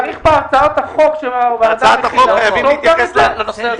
צריך בהצעת החוק שהוועדה תכין לכלול גם את זה.